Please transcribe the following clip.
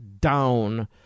down